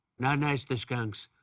not nice, the skunks.